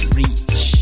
reach